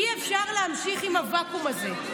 אי-אפשר להמשיך עם הוואקום הזה.